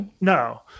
No